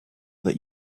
that